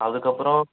அதுக்கு அப்பறம்